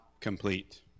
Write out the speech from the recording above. complete